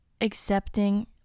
accepting